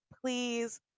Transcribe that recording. please